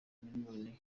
miliyoni